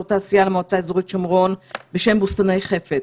תעשייה למועצה האזורית שומרון בשם "בוסתני חפץ",